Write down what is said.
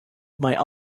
might